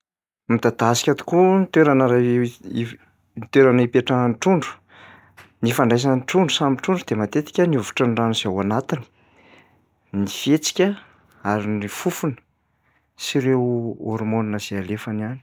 Midadasika tokoa ny toerana iray if- toerana ipetran'ny trondro. Ny ifandraisan'ny trondro samy trondro dia matetika ny hovitry ny rano zay ao anatiny ny fihetsika ary ny fofona sy ireo hormone izay alefany any.